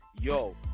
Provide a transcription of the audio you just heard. yo